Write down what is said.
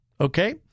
okay